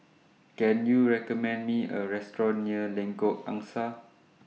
Can YOU recommend Me A Restaurant near Lengkok Angsa